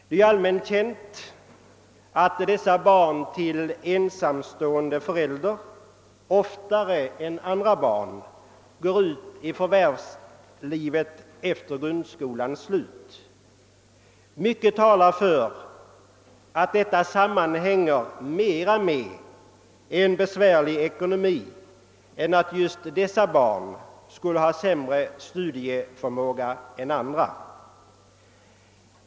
Det är allmänt känt att barn till ensamstående förälder oftare än andra barn går ut i förvärvslivet efter grundskolans slut. Mycket talar för att detta mera sammanhänger med en besvärlig ekonomi än med att just dessa barn skulle ha sämre studieförmåga än andra.